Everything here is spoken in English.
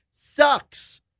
sucks